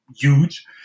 huge